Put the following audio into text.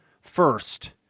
first